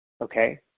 Okay